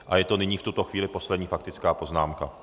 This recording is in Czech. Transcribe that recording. A je to nyní v tuto chvíli poslední faktická poznámka.